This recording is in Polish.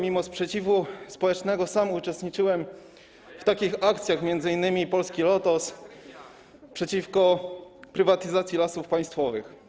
Mimo sprzeciwu społecznego sam uczestniczyłem w takich akcjach m.in. polski Lotos przeciwko prywatyzacji Lasów Państwowych.